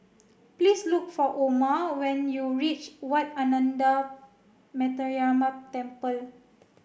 please look for Oma when you reach Wat Ananda Metyarama Temple